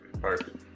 Perfect